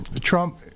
Trump